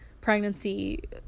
pregnancy